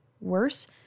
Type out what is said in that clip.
Worse